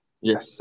Yes